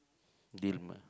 deal